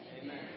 Amen